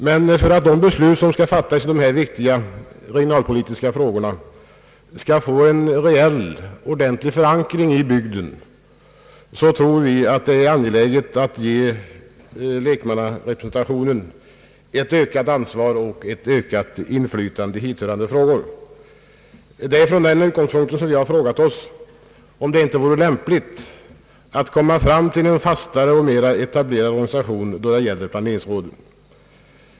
Men för att de beslut som fattas i de viktiga regionalpolitiska frågorna skall få en reell förankring i bygden tror vi att det är angeläget att ge lekmannarepresentationen ett ökat ansvar och ett ökat inflytande i hithörande frågor. Det är från den utgångspunkten vi har frågat oss om det inte vore lämpligt att komma fram till en fastare och mera etablerad organisation för planeringsråden.